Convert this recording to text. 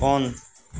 on